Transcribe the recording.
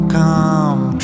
come